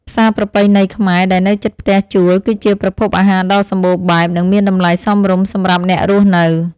ផ្សារប្រពៃណីខ្មែរដែលនៅជិតផ្ទះជួលគឺជាប្រភពអាហារដ៏សម្បូរបែបនិងមានតម្លៃសមរម្យសម្រាប់អ្នករស់នៅ។